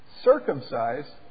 circumcised